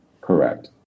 Correct